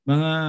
Mga